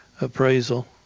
appraisal